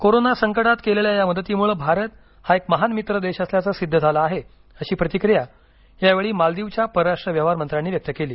corona संकटात केलेल्या या मदतीमुळे भारत हा एक महान मित्र देश असल्याचं सिद्ध झालं आहे अशी प्रतिक्रिया यावेळी मालदीवच्या परराष्ट्र व्यवहार मंत्र्यांनी व्यक्त केली